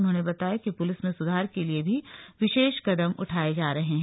उन्होंने बताया कि पुलिस में सुधार के लिए भी विशेष कदम उठाए जा रहे हैं